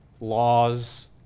laws